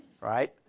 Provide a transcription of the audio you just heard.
Right